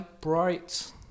bright